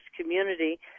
community